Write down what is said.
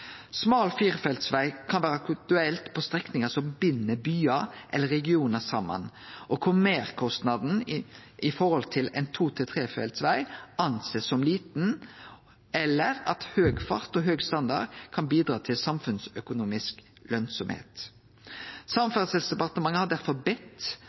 Smal fireveltsveg kan vere aktuelt på strekningar som bind byar eller regionar saman, og der meirkostnaden i forhold til ein to-/trefeltsveg blir sett på som liten, eller at høg fart og høg standard kan bidra til samfunnsøkonomisk lønsemd. Samferdselsdepartementet har derfor bedt